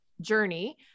journey